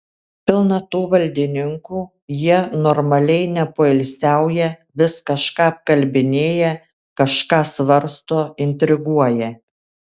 pilna tų valdininkų jie normaliai nepoilsiauja vis kažką apkalbinėja kažką svarsto intriguoja